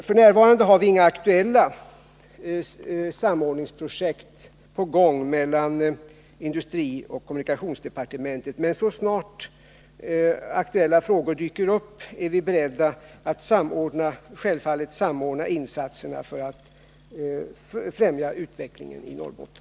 F. n. har vi inga aktuella samordningsprojekt på gång mellan industrioch kommunikationsdepartementen, men så snart aktuella frågor dyker upp är vi självfallet beredda att samordna insatserna för att främja utvecklingen i Norrbotten.